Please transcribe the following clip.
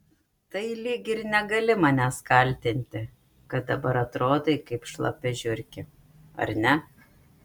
tai lyg ir negali manęs kaltinti kad dabar atrodai kaip šlapia žiurkė ar ne